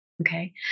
okay